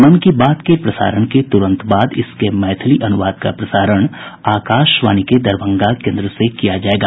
मन की बात के प्रसारण के तुरंत बाद इसके मैथिली अनुवाद का प्रसारण आकाशवाणी के दरभंगा केन्द्र से किया जायेगा